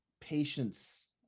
patience